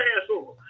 Passover